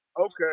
Okay